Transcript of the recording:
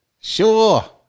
Sure